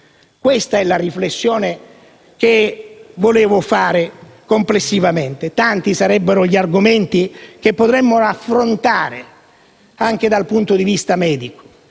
Questa è la riflessione che volevo fare complessivamente. Tanti sarebbero gli argomenti che potremmo affrontare anche dal punto di vista medico.